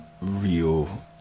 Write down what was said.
real